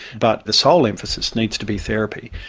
but the sole emphasis needs to be therapy,